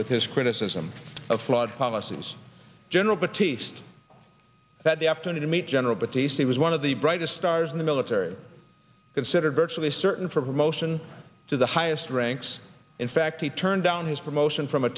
with his criticism of flawed policies general batiste that the afternoon to meet gen but d c was one of the brightest stars in the military considered virtually certain for promotion to the highest ranks in fact he turned down his promotion from a